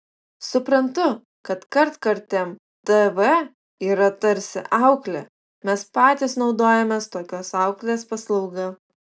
suprantu kad kartkartėm tv yra tarsi auklė mes patys naudojamės tokios auklės paslauga